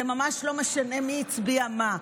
זה ממש לא משנה מי הצביע מה.